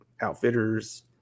outfitters